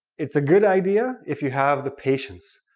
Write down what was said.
it's a good idea if you have the patience,